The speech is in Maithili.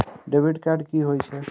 डेबिट कार्ड कि होई छै?